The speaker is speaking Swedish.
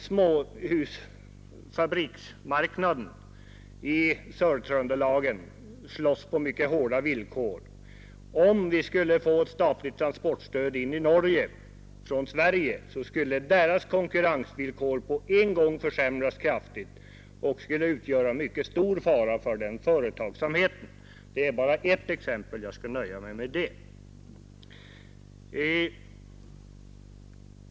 Småhusfabrikanterna i Sörtröndelagen slåss på en mycket hård marknad. Om vi skulle få ett statligt transportstöd in i Norge från Sverige, skulle deras konkurrensvillkor på en gång försämras kraftigt och detta skulle utgöra en mycket stor fara för den företagsamheten. Det är bara ett exempel. Jag skall nöja mig med det.